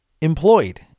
employed